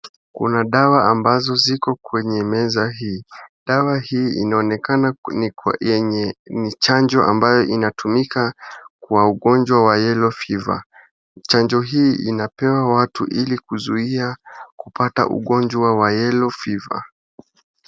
Kuna dawa ambazo ziko kwenye meza hii. Dawa hii inaonekana ni chanjo ambayo inatumika kwa ugonjwa wa yellow fever . Inapewa watu ili kuzuia kupata ugonjwa wa yellow fever .